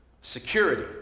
Security